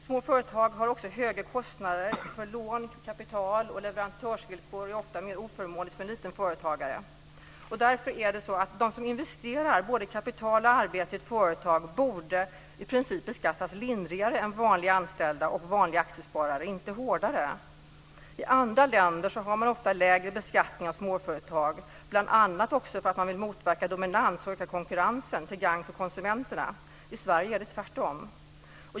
Små företag har också högre kostnader för lån och kapital, och leverantörsvillkor är ofta mer oförmånliga för en liten företagare. Därför borde de som investerar både kapital och arbete i ett företag i princip beskattas lindrigare än vanliga anställda och vanliga aktiesparare, inte hårdare. I andra länder har man ofta lägre beskattning av småföretag, bl.a. också för att man vill motverka dominans och öka konkurrensen till gagn för konsumenterna. I Sverige är det tvärtom.